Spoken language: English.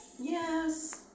yes